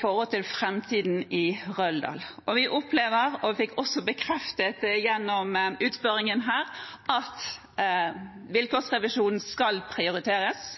for framtiden i Røldal, og vi opplever, noe vi også fikk bekreftet gjennom utspørringen her, at vilkårsrevisjonen skal prioriteres,